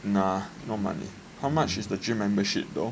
nah no money how much is the gym membership though